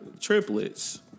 Triplets